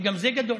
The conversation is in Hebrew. שגם זה הרבה,